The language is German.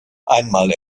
einmal